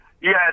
Yes